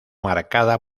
marcada